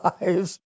lives